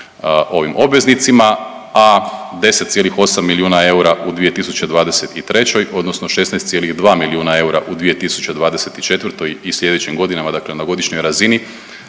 ovim obveznicima, a 10,8 milijuna eura u 2023. odnosno 16,2 milijuna eura u 2024. i slijedećim godinama, dakle na godišnjoj razini